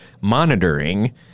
monitoring